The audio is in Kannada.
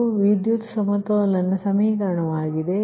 ಇದು ವಿದ್ಯುತ್ ಸಮತೋಲನ ಸಮೀಕರಣವಾಗಿದೆ